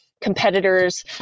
competitors –